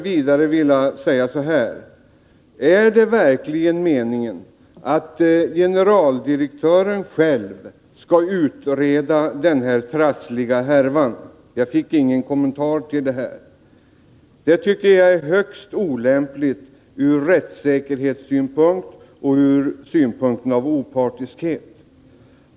Vidare vill jag säga: Är det verkligen meningen att generaldirektören själv skall utreda den här trassliga härvan? Jag fick ingen kommentar till detta, som jag tycker är olämpligt ur rättssäkerhetssynpunkt och ur opartiskhetens synpunkt.